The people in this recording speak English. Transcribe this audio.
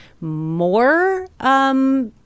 more